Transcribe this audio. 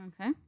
Okay